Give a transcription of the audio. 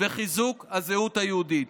וחיזוק הזהות היהודית.